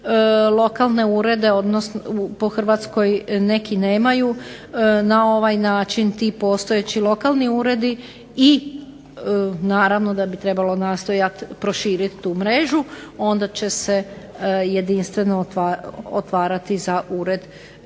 lokalne urede po Hrvatskoj, neki nemaju. Na ovaj način ti postojeći lokalni uredi i naravno da bi trebalo nastojati proširiti tu mrežu, onda će se jedinstveno otvarati za Ured pučki